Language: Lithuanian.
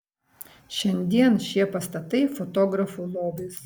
šiandien šie pastatai fotografų lobis